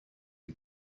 you